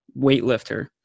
weightlifter